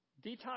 Detox